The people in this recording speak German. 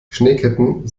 schneeketten